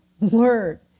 word